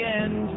end